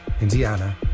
Indiana